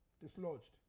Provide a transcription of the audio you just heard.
dislodged